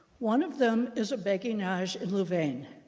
one of them is a beguinage in louvain.